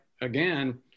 again